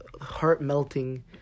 heart-melting